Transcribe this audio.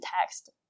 text